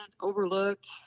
overlooked